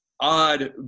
odd